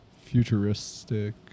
futuristic